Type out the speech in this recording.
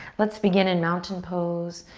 let's begin in mountain pose.